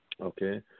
Okay